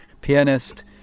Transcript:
pianist